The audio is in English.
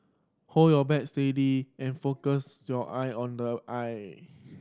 hold your bat steady and focus your eye on the eye